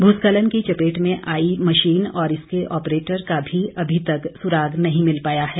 भूस्खलन की चपेट में आई मशीन और इसके ऑप्रेटर का भी अभी तक सुराग नहीं मिल पाया है